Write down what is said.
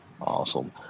awesome